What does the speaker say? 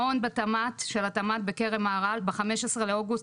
מעון של התמ"ת בכרם מהר"ל ב-15 לאוגוסט,